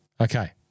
Okay